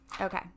Okay